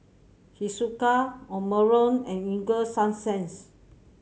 Hiruscar Omron and Ego Sunsense